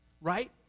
Right